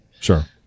Sure